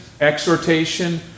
exhortation